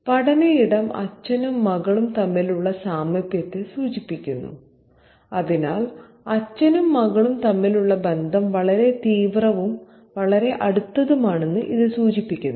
പഠന ഇടം അച്ഛനും മകളും തമ്മിലുള്ള സാമീപ്യത്തെ സൂചിപ്പിക്കുന്നു അതിനാൽ അച്ഛനും മകളും തമ്മിലുള്ള ബന്ധം വളരെ തീവ്രവും വളരെ അടുത്തതുമാണെന്ന് ഇത് സൂചിപ്പിക്കുന്നു